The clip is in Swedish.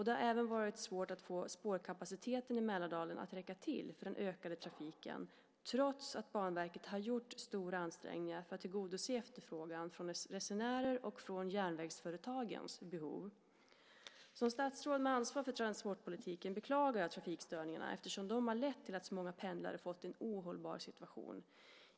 Det har även varit svårt att få spårkapaciteten i Mälardalen att räcka till för den ökade trafiken, trots att Banverket har gjort stora ansträngningar för att tillgodose efterfrågan från resenärer och järnvägsföretagens behov. Som statsråd med ansvar för transportpolitiken beklagar jag trafikstörningarna eftersom de har lett till att så många pendlare fått en ohållbar situation.